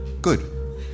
Good